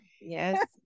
Yes